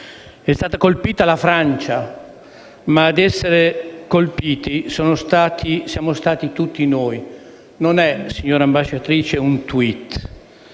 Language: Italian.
È stata colpita la Francia, ma ad essere colpiti siamo stati tutti noi. Non è, signora ambasciatrice, un *tweet*,